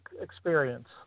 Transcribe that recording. experience